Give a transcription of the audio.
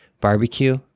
barbecue